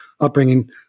upbringing